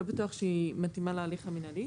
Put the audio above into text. לא בטוח שהיא מתאימה להליך המינהלי.